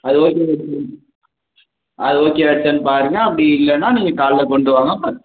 அது ஓகேவா ஆயிடுச்சுன்னா அது ஓகே ஆச்சான்னு பாருங்கள் அப்படி இல்லைன்னா நீங்கள் காலைல கொண்டு வாங்க பாத்